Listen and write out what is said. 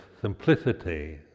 simplicity